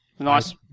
Nice